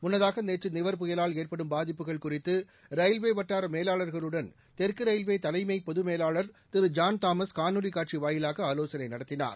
முன்னதாக நேற்று நிவர் புயலால் ஏற்படும் பாதிப்புகள் குறித்து ரயில்வே வட்டார மேலாள்களுடன் தெற்கு ரயில்வே தலைமை பொதுமேலாளா் திரு ஜான் தாமஸ் காணொலி காட்சி வாயிலாக ஆலோசனை நடத்தினார்